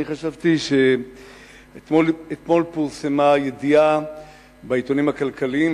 אתמול פורסמה ידיעה בעיתונים הכלכליים